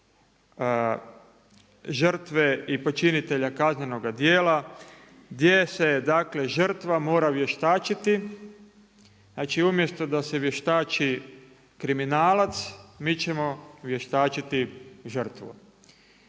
žrtve i počinitelja kaznenoga djela gdje se dakle žrtva mora vještačiti. Znači umjesto da se vještači kriminalac, mi ćemo vještačiti žrtvu.